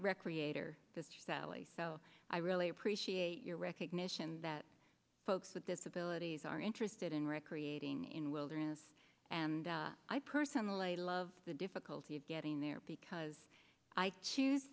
valley so i really appreciate your recognition that folks with disabilities are interested in recreating in wilderness and i personally love the difficulty of getting there because i choose